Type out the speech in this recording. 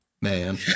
Man